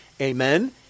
Amen